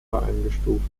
eingestuft